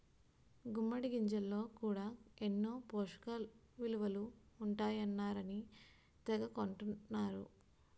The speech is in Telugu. గుమ్మిడి గింజల్లో కూడా ఎన్నో పోసకయిలువలు ఉంటాయన్నారని తెగ కొంటన్నరు